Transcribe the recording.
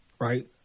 Right